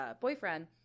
boyfriend